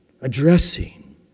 addressing